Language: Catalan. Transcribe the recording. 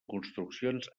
construccions